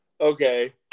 Okay